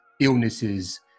illnesses